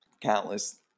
countless